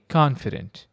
confident